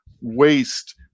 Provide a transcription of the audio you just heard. waste